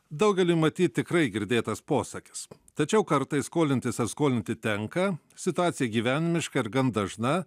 daugeliui matyt tikrai girdėtas posakis tačiau kartais skolintis ar skolinti tenka situacija gyvenimiška ir gan dažna